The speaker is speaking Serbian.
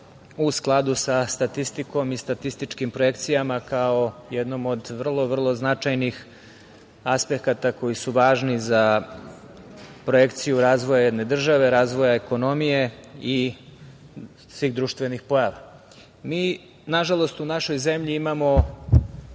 u skladu sa statistikom i statističkim projekcijama, kao jednom od vrlo, vrlo značajnih aspekata koji su važni za projekciju razvoja jedne države, razvoja ekonomije i svih društvenih pojava. Nažalost, mi u našoj zemlji imamo